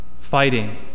fighting